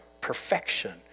perfection